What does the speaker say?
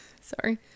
Sorry